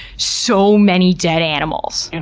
so many dead animals. and